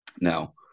now